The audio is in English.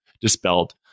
dispelled